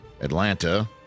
Atlanta